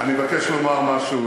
לא רגיל, אני מבקש לומר משהו,